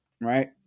Right